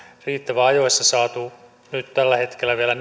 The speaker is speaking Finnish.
riittävän ajoissa saatu nyt tällä hetkellä vielä